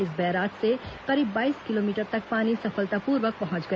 इस बैराज से करीब बाईस किलोमीटर तक पानी सफलतापूर्वक पहुंच गया